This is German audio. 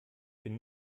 bin